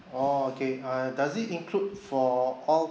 oh okay err does it include for all